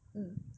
mm